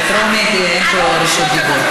זה טרומית, אין פה רשות דיבור.